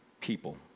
people